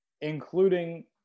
including